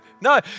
No